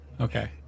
Okay